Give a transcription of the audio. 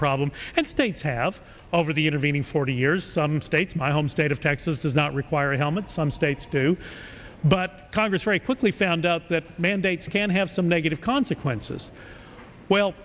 problem and states have over the intervening forty years some states my home state of texas does not require a helmet some states do but congress very quickly found out that mandates can have some negative consequences well